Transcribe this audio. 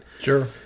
sure